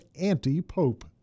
anti-pope